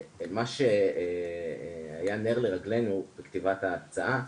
מה שהיה נר לרגלנו בכתיבת ההצעה,